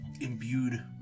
imbued